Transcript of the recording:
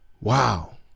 Wow